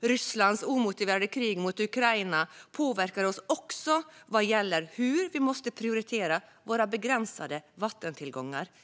Rysslands omotiverade krig mot Ukraina påverkar oss också vad gäller hur vi måste prioritera våra begränsade vattentillgångar.